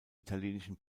italienischen